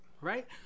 Right